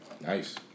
Nice